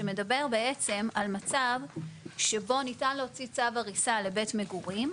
שמדבר בעצם על מצב שבו ניתן להוציא צו הריסה לבית מגורים,